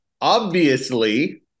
Obviously-